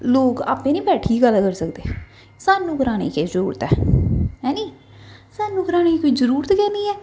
लोक आपै निं बैठियै गल्ल करी सकदे सानूं कराने दी केह् जरूरत ऐ है नी सानूं कराने दी कोई जरूरत गै निं ऐ